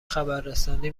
خبررسانی